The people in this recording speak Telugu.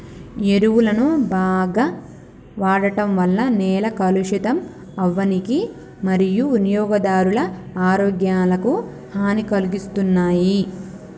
ఎరువులను బాగ వాడడం వల్ల నేల కలుషితం అవ్వనీకి మరియూ వినియోగదారుల ఆరోగ్యాలకు హనీ కలిగిస్తున్నాయి